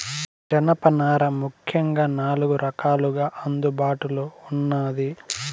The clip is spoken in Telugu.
జనపనార ముఖ్యంగా నాలుగు రకాలుగా అందుబాటులో ఉన్నాది